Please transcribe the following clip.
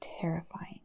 terrifying